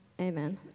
amen